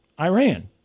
Iran